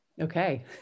okay